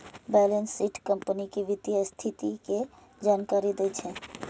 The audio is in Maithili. बैलेंस शीट कंपनी के वित्तीय स्थिति के जानकारी दै छै